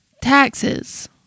taxes